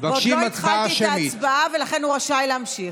עוד לא התחלתי את ההצבעה, ולכן הוא רשאי להמשיך.